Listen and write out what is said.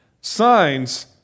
Signs